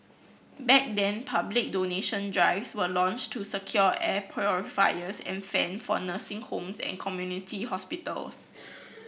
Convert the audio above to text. back then public donation drives were launched to secure air purifiers and fan for nursing homes and community hospitals